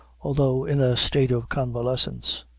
although in a state of convalescence.